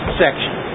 section